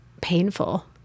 painful